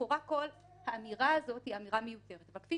לכאורה כל האמירה הזאת היא אמירה מיותרת, אבל כפי